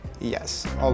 yes